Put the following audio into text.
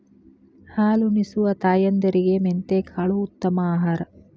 ಹಾಲುನಿಸುವ ತಾಯಂದಿರಿಗೆ ಮೆಂತೆಕಾಳು ಉತ್ತಮ ಆಹಾರ